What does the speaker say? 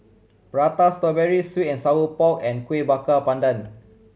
Prata Strawberry sweet and sour pork and Kueh Bakar Pandan